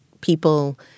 people